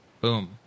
Boom